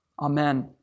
Amen